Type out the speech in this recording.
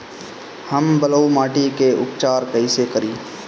हम बलुइ माटी के उपचार कईसे करि?